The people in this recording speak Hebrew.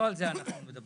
לא על זה אנחנו מדברים.